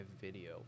video